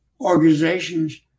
organizations